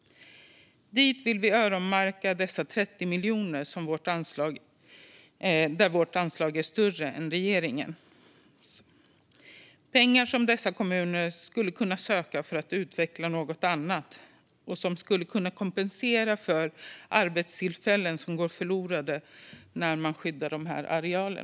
Dit vill vi öronmärka de 30 miljoner med vilka vårt anslag är större än regeringens. Det är pengar som dessa kommuner skulle kunna söka för att utveckla något annat och som skulle kunna kompensera för arbetstillfällen som går förlorade när man skyddar dessa arealer.